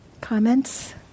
Comments